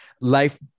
life